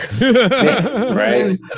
Right